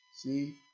See